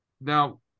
Now